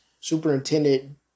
Superintendent